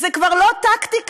זה כבר לא טקטיקה,